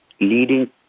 leading